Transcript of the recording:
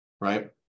right